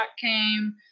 came